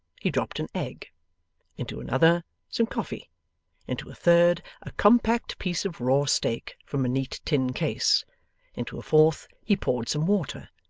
he dropped an egg into another some coffee into a third a compact piece of raw steak from a neat tin case into a fourth, he poured some water.